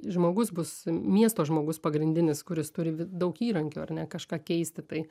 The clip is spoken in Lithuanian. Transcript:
žmogus bus miesto žmogus pagrindinis kuris turi daug įrankių ar ne kažką keisti tai